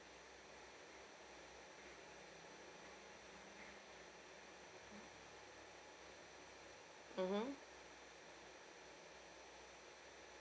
mmhmm